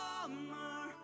summer